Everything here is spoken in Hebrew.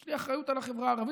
יש לי אחריות לחברה הערבית.